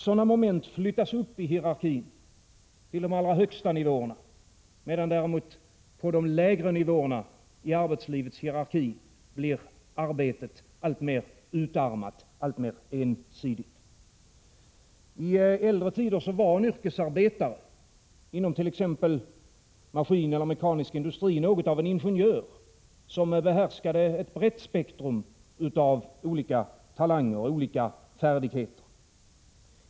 Sådana moment flyttas upp i hierarkin till de allra högsta nivåerna, medan arbetet blir alltmer urholkat och ensidigt på de lägre nivåerna i arbetslivets hierarki. Täldre tider var en yrkesarbetare inomt.ex. mekanisk industri något av en ingenjör, som behärskade ett brett spektrum av olika talanger och olika färdigheter.